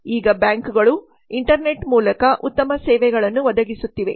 ಈಗ ಬ್ಯಾಂಕುಗಳು ಇಂಟರ್ನೆಟ್ ಮೂಲಕ ಉತ್ತಮ ಸೇವೆಗಳನ್ನು ಒದಗಿಸುತ್ತಿವೆ